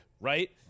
right